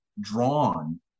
drawn